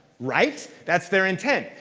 right? that's their intent.